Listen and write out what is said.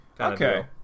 okay